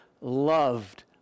loved